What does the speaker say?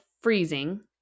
freezing